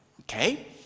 Okay